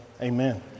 Amen